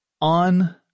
on